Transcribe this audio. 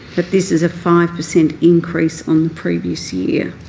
that this is a five per cent increase on the previous year.